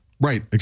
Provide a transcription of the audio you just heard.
Right